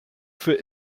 für